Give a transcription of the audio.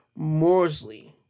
Morsley